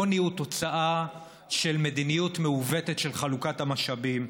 עוני הוא תוצאה של מדיניות מעוותת של חלוקת המשאבים.